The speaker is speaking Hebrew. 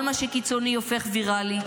כל מה שקיצוני הופך ויראלי,